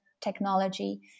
technology